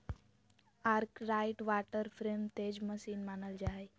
Arkwright water frame तेज machine मानल जा हई